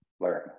learn